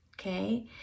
okay